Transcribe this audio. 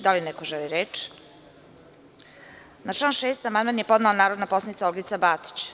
Da li neko želi reč? (Ne) Na član 6. amandman je podnela narodna poslanica Olgica Batić.